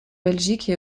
belgique